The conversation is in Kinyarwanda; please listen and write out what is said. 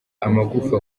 amagufa